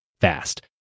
fast